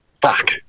Fuck